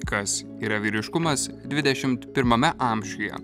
kas yra vyriškumas dvidešimt pirmame amžiuje